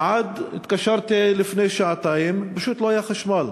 ועד לפני שעתיים לא היה חשמל.